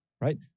right